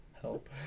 Help